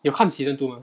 你有看 season two 吗